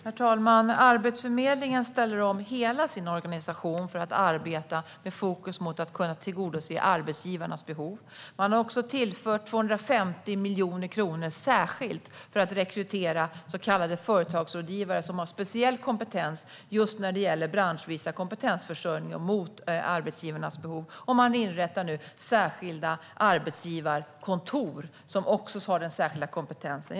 Herr talman! Arbetsförmedlingen ställer om hela sin organisation för att arbeta med fokus på att tillgodose arbetsgivarnas behov. Man har också tillfört 250 miljoner kronor särskilt för att rekrytera så kallade företagsrådgivare som har speciell kompetens just när det gäller branschvis kompetensförsörjning mot arbetsgivarnas behov. Man inrättar nu även särskilda arbetsgivarkontor som också har den särskilda kompetensen.